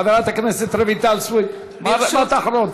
חברת הכנסת רויטל סויד, למה אתה אחרון?